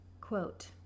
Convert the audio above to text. Quote